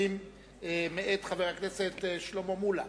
20 מאת חבר הכנסת שלמה מולה.